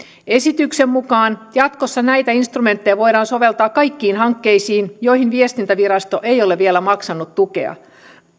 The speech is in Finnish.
esityksen mukaan jatkossa näitä instrumentteja voidaan soveltaa kaikkiin hankkeisiin joihin viestintävirasto ei ole vielä maksanut tukea